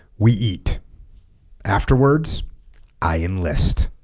we eat afterwards i enlist